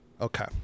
Okay